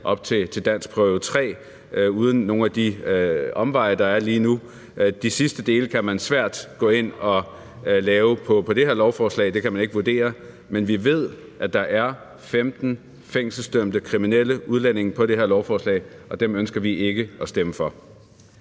op til danskprøve 3 uden nogen af de omveje, der er lige nu. De sidste dele kan man svært gå ind og lave på det her lovforslag – det kan man ikke vurdere – men vi ved, at der er 15 fængselsdømte kriminelle udlændinge på det her lovforslag, og dem ønsker vi ikke at stemme for.